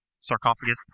sarcophagus